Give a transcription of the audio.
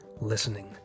listening